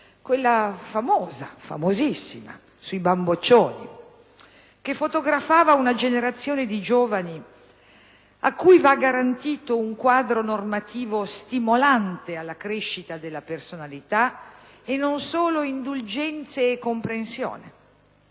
Quella battuta molto famosa sui "bamboccioni" fotografava una generazione di giovani a cui va garantito un quadro normativo stimolante per la crescita della personalità e non solo indulgenza e comprensione.